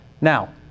Now